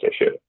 issue